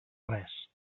res